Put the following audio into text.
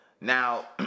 Now